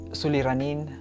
suliranin